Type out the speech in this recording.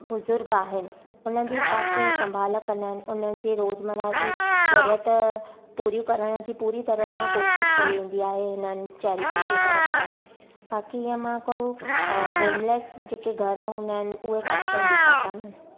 बुज़ुर्ग आहिनि हुननि जी काफ़ी संभाल कंदा आहिनि उन्हनि जी रोज़मरह जी ज़रूरत पूरीयूं करण जी पूरी तरह सां कोशिशि कई वेंदी आहे हिननि चैरिटी जी तर्फ़ सां बाक़ी हीअ मां को होमलैस जेके घर हूंदा आहिनि उहे अॼ ताई ॾिठा कोन आहिनि